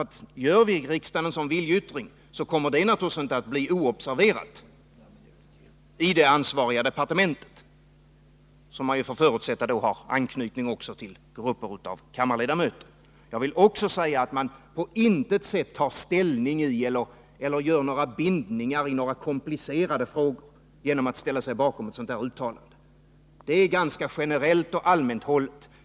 Ty om vi i riksdagen gör en sådan viljeyttring kommer det Nr 103 naturligtvis inte att bli oobserverat i det ansvariga departementet, som man Torsdagen den får förutsätta har anknytning till grupper av kammarens ledamöter. 13 mars 1980 Jag vill också säga att man på intet sätt tar ställning eller gör några bindningar i komplicerade frågor genom att ställa sig bakom ett sånt här uttalande. Det är ganska generellt och allmänt.